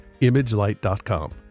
imagelight.com